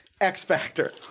x-factor